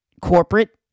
corporate